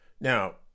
Now